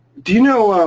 do you know.